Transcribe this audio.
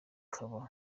bakaba